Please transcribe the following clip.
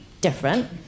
different